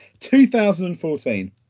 2014